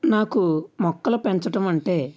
నాకు మొక్కలు పెంచడం అంటే